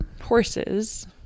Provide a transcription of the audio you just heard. horses